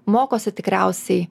mokosi tikriausiai